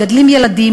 מגדלים ילדים,